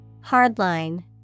Hardline